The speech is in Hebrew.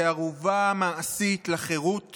כערובה מעשית לחירות